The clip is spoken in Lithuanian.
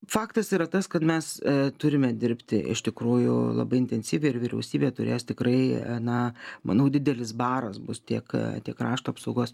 faktas yra tas kad mes turime dirbti iš tikrųjų labai intensyviai ir vyriausybė turės tikrai na manau didelis baras bus tiek tiek krašto apsaugos